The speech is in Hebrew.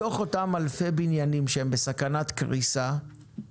מתוך אותם אלפי בניינים שהם בסכנת קריסה, מאות,